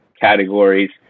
categories